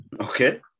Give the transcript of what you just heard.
okay